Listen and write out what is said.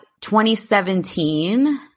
2017